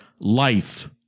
life